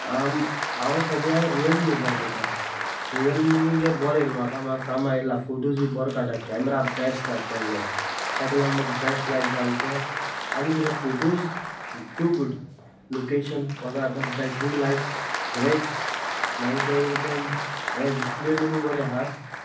हांव सद्या रियलमी उजार करता रियलमी गे बरो येयलो म्हाका म्हाका कामां येयला फोटोज बरो काडटा कॅमरा बेस्ट जाता तेंचो ताका लागून म्हाका बॅस्ट लायक जाल तो आनी कितें फोटोज टू गूड लोकेशन कितें आतां बॅटरी लायफ ग्रेट मागीर ते कितें हें डिसप्ले लोकूय बरें आसा